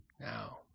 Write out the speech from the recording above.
now